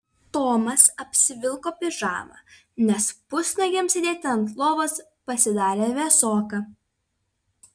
tomas apsivilko pižamą nes pusnuogiam sėdėti ant lovos pasidarė vėsoka